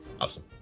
awesome